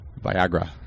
Viagra